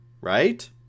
Right